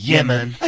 Yemen